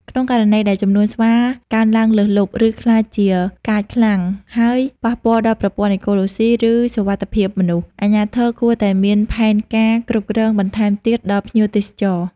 ក្នុងករណីដែលចំនួនស្វាកើនឡើងលើសលប់ ឬក្លាយជាកាចខ្លាំង ហើយប៉ះពាល់ដល់ប្រព័ន្ធអេកូឡូស៊ី ឬសុវត្ថិភាពមនុស្ស អាជ្ញាធរគួរតែមានផែនការគ្រប់គ្រងបន្ថែមទៀតដល់ភ្ញៀវទេសចរ។